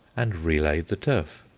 and relaid the turf.